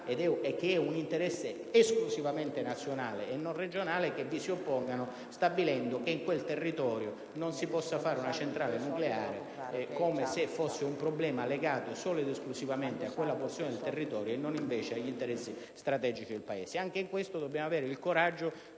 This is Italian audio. che è un interesse esclusivamente nazionale e non regionale, si oppongono stabilendo che in quel territorio non si possa fare una centrale nucleare, come se fosse un problema legato solo ed esclusivamente a quella porzione di territorio e non invece agli interessi strategici del Paese. Signora Presidente, dobbiamo avere il coraggio